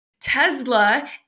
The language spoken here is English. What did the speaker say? Tesla